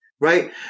right